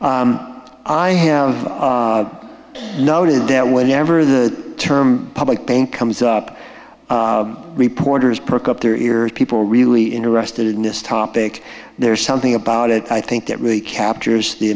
i have noted that whenever the term public pain comes up reporters perk up their ears people are really interested in this topic there's something about it i think that really captures the